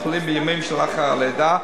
בבית-החולים בימים שלאחר הלידה,